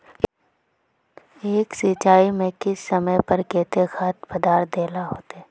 एक सिंचाई में किस समय पर केते खाद पदार्थ दे ला होते?